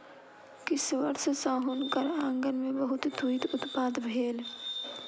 किछ वर्ष सॅ हुनकर आँगन में बहुत तूईत उत्पादन भेल